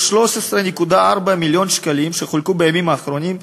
וה-613.4 מיליון שקלים שחולקו בימים האחרונים,